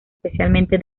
especialmente